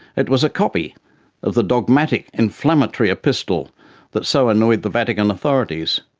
it was a copy of the dogmatic inflammatory epistle that so annoyed the vatican authorities,